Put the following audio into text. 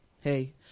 hey